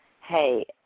hey